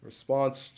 Response